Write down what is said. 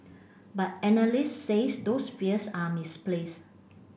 but analysts says those fears are misplace